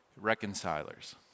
reconcilers